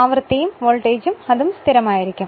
അതിൽ വോൾട്ടേജും ആവൃത്തിയും സ്ഥിരമായിരിക്കും